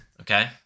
Okay